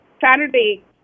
Saturday